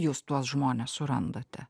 jūs tuos žmones surandate